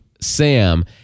Sam